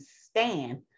stand